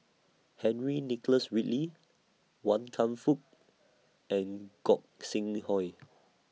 Henry Nicholas Ridley Wan Kam Fook and Gog Sing Hooi